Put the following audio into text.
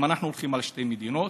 אם אנחנו הולכים על שתי מדינות,